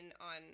on